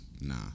nah